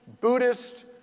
Buddhist